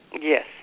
Yes